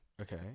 Okay